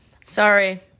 Sorry